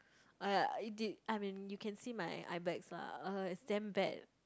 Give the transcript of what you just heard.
!aiya! it did I mean you can see my eyebags lah uh it's damn bad